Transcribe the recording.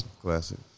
Classic